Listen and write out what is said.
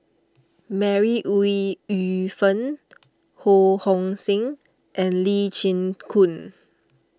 Mary Ooi Yu Fen Ho Hong Sing and Lee Chin Koon